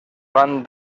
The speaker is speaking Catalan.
van